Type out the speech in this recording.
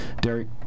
Derek